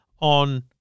on